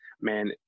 man